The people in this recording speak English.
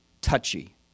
touchy